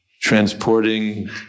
transporting